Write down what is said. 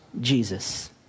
Jesus